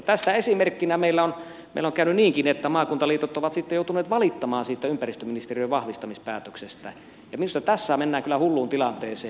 tästä esimerkkinä meillä on käynyt niinkin että maakuntaliitot ovat sitten joutuneet valittamaan siitä ympäristöministeriön vahvistamispäätöksestä ja minusta tässä mennään kyllä hulluun tilanteeseen